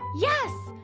yes!